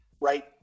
right